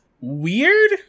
weird